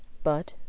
but,